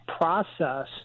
process